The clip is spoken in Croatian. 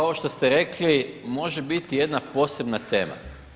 Ovo što ste rekli može biti jedna posebna tema.